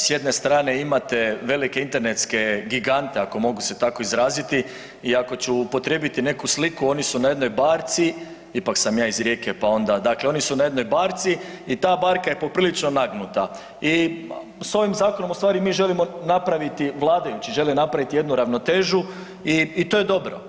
S jedne strane imate velike internetske gigante ako mogu se tako izraziti i ako ću upotrijebiti neku sliku oni su na jednoj barci, ipak sam ja iz Rijeke pa onda, dakle oni su na jednoj barci i ta barka je poprilično nagnuta i s ovim zakonom u stvari mi želimo napraviti, vladajući žele napraviti jednu ravnotežu i to je dobro.